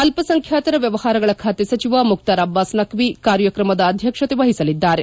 ಅಲ್ಪಸಂಖ್ಯಾತರ ವ್ಯವಹಾರಗಳ ಖಾತೆ ಸಚಿವ ಮುಕ್ತಾರ್ ಅಬ್ಬಾಸ್ ನಖ್ವಿ ಕಾರ್ಯಕ್ರಮದ ಅಧ್ಯಕ್ಷತೆ ವಹಿಸಿಲಿದ್ದಾರೆ